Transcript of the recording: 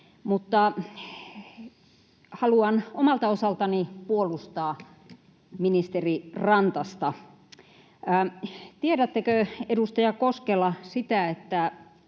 mutta haluan omalta osaltani puolustaa ministeri Rantasta. Tiedättekö, edustaja Koskela, sitä, että